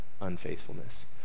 unfaithfulness